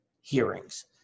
hearings